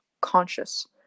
conscious